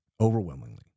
overwhelmingly